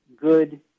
good